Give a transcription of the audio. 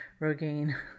Rogaine